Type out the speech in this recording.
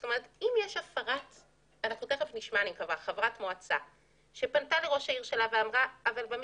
זאת אומרת אם יש חברת מועצה שפנתה לראש העיר שלה ואמרה שבמקווה